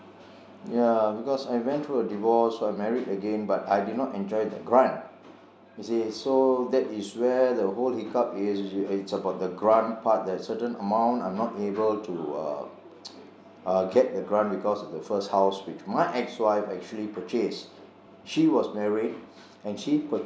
ya because I went through a divorce I married again but I did not enjoy the grant you see so that is where the whole hiccup is it's about the grant part that certain amount I am not able to uh uh get the grant because of the first house which my ex wife actually purchased she was married and she